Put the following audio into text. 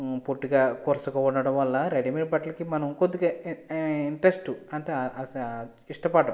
పొట్టిగా కొరుసుగా ఉండటం వల్ల రెడీమేడ్ బట్టలకి మనము కొద్దిగా ఇంట్రెస్ట్ అంతా అస ఇష్టపడరు